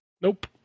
Nope